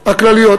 הכלליות.